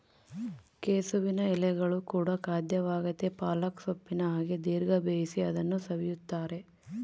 ಕೆಸುವಿನ ಎಲೆಗಳು ಕೂಡ ಖಾದ್ಯವಾಗೆತೇ ಪಾಲಕ್ ಸೊಪ್ಪಿನ ಹಾಗೆ ದೀರ್ಘ ಬೇಯಿಸಿ ಅದನ್ನು ಸವಿಯುತ್ತಾರೆ